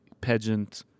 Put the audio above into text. pageant